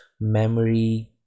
memory